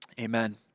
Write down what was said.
amen